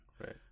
Right